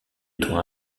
temps